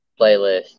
playlist